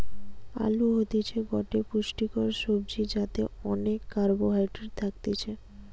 আলু হতিছে গটে পুষ্টিকর সবজি যাতে অনেক কার্বহাইড্রেট থাকতিছে